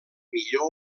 millor